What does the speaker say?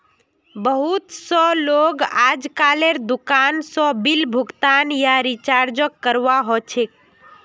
बहुत स लोग अजकालेर दुकान स बिल भुगतान या रीचार्जक करवा ह छेक